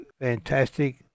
fantastic